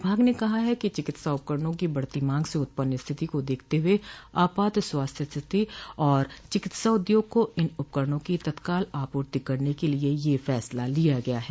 विभाग ने कहा है कि चिकित्सा उपकरणों की बढ़ती मांग से उत्पन्न स्थिति को देखते हुए आपात स्वास्थ्य स्थिति और चिकित्सा उद्योग को इन उपकरणों की तत्काल आपूर्ति करने के लिए यह फैसला लिया गया है